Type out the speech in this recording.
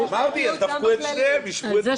אמרתי, דפקו את שניהם, השוו את כולם.